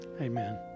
amen